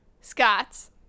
Scott's